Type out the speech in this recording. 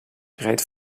rijdt